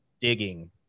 digging